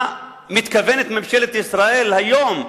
מה מתכוונת ממשלת ישראל היום,